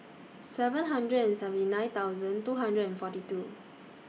three hundred and seventy nine thousand two hundred and forty two